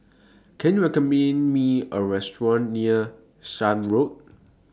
Can YOU recommend Me A Restaurant near Shan Road